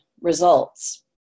results